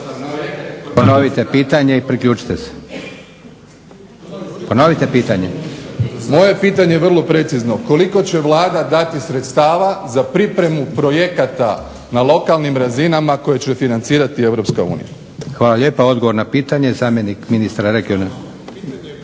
Ponovite pitanje i priključite se. Ponovite pitanje./ … Moje pitanje je vrlo precizno, koliko će Vlada dati sredstava za pripremu projekata na lokalnim razinama koje će financirati EU? **Leko, Josip (SDP)** Hvala lijepa. Odgovor na pitanje zamjenik ministra regionalnog.